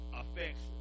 affects